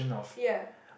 ya